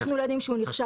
אנחנו לא יודעים שהוא נכשל.